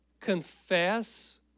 confess